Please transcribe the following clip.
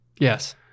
Yes